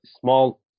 small